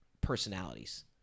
personalities